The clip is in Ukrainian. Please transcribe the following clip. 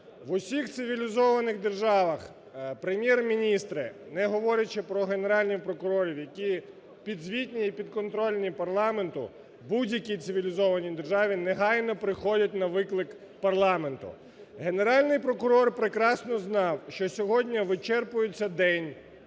В усіх цивілізованих державах прем'єр-міністри, не говорячи про генеральних прокурорів, які підзвітні і підконтрольні парламенту, в будь-якій цивілізованій державі негайно приходять на виклик парламенту. Генеральний прокурор прекрасно знав, що сьогодні вичерпується день,